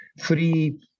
three